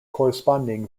corresponding